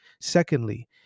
Secondly